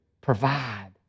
provide